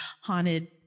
haunted